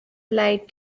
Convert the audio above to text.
blade